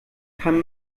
kann